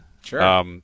Sure